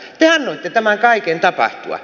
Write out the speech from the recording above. te annoitte tämän kaiken tapahtua